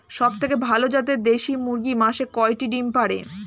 সবথেকে ভালো জাতের দেশি মুরগি মাসে কয়টি ডিম পাড়ে?